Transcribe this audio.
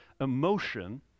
emotion